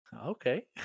Okay